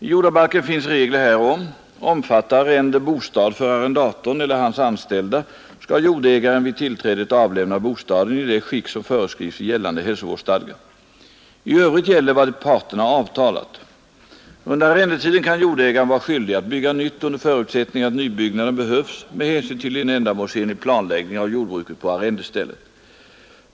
I jordabalken finns regler härom. Omfattar arrende bostad för arrendatorn eller hans anställda, skall jordägaren vid tillträdet avlämna bostaden i det skick som föreskrivs i gällande hälsovårdsstadga. I övrigt gäller vad parterna avtalat. Under arrendetiden kan jordägaren vara skyldig att bygga nytt under förutsättning att nybyggnaden behövs med hänsyn till en ändamålsenlig planläggning av jordbruket på arrendestället.